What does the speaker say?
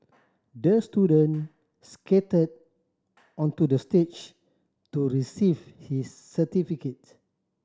the student skated onto the stage to receive his certificate